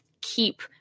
keep